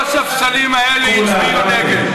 כל הספסלים האלה יצביעו נגד.